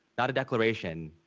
not a declaration.